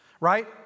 right